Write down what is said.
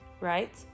right